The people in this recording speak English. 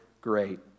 great